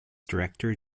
director